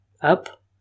up